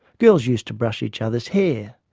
girls used to brush each other's hair.